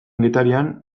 getarian